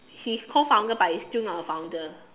his co founder but he's still not the founder